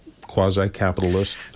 quasi-capitalist